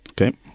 Okay